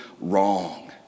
wrong